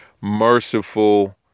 merciful